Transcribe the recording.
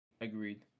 Agreed